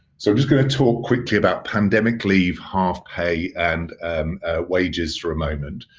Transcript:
so, i'm just gonna talk quickly about pandemic leave, half pay, and wages for a moment.